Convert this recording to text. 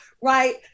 right